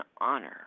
honor